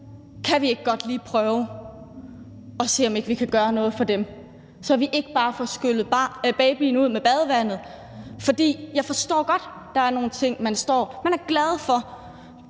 Kan vi ikke godt lige prøve at se, om ikke vi kan gøre noget for dem, så vi ikke bare får skyllet babyen ud med badevandet? Jeg forstår godt, at man er glad for,